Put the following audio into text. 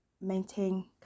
maintain